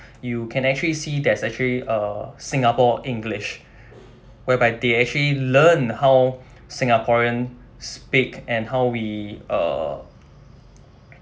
you can actually see there's actually err singapore english whereby they actually learn how singaporean speak and how we uh